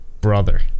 Brother